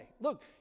Look